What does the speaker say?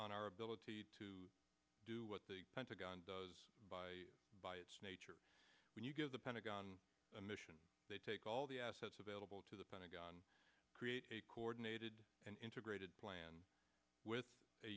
on our ability to do what the pentagon does by by its nature when you give the pentagon a mission they take all the assets available to the pentagon create a coordinated integrated plan with a